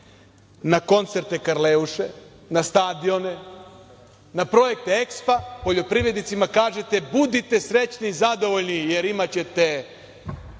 na koncerte Karleuše, na stadione, na projekte EKSPA, poljoprivrednicima kažete budite srećni i zadovoljni jer imaćete